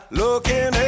looking